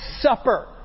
supper